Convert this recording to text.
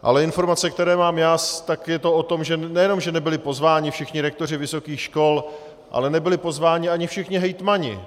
Ale informace, které mám já, je o tom, že nejenom nebyli pozváni všichni rektoři vysokých škol, ale nebyli pozváni ani všichni hejtmani.